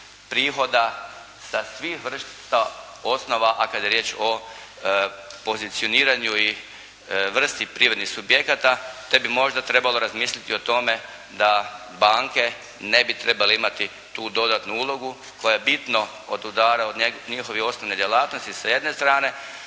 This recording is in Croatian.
prihoda sa svih vrsta osnova, a kada je riječ o pozicioniranju i vrsti privrednih subjekata te bi možda trebalo razmisliti o tome da banke ne bi trebale imati tu dodatnu ulogu koja bitno odudara od njihove osnovne djelatnosti s jedne strane,